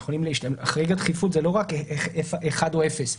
חריג הדחיפות זה לא רק אחד או אפס,